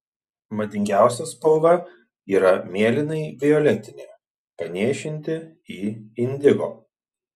madingiausia spalva yra mėlynai violetinė panėšinti į indigo